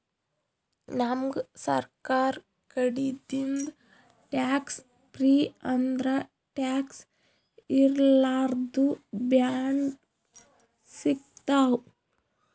ನಮ್ಗ್ ಸರ್ಕಾರ್ ಕಡಿದಿಂದ್ ಟ್ಯಾಕ್ಸ್ ಫ್ರೀ ಅಂದ್ರ ಟ್ಯಾಕ್ಸ್ ಇರ್ಲಾರ್ದು ಬಾಂಡ್ ಸಿಗ್ತಾವ್